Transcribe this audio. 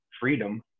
freedom